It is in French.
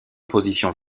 positions